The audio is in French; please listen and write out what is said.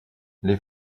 les